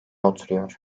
oturuyor